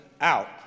Out